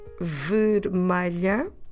vermelha